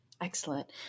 Excellent